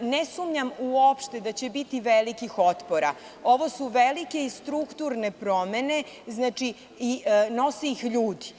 ne sumnjam uopšte da će biti velikih otpora jer su ovo velike i strukturne promene i nose ih ljudi.